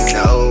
no